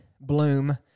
bloom